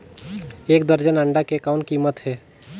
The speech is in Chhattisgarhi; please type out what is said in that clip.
एक दर्जन अंडा के कौन कीमत हे?